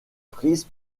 prise